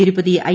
Tirupati I